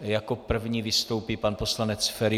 Jako první vystoupí pan poslanec Feri.